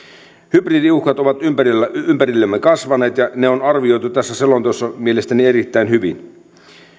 hybridiuhkat ovat ympärillämme kasvaneet ja ne on arvioitu tässä selonteossa mielestäni erittäin hyvin